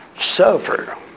suffer